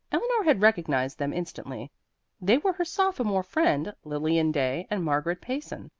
eleanor had recognized them instantly they were her sophomore friend, lilian day, and margaret payson,